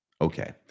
Okay